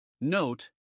Note